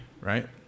right